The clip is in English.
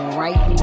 right